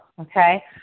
Okay